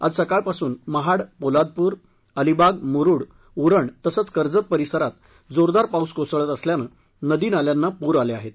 आज सकाळपासून महाड पोलादपूर अलिबाग मुरुड उरण तसंच कर्जत परिसरात जोरदार पाऊस कोसळत असल्यानं नदी नाल्यांना पूर आले आहत